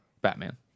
Batman